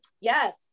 yes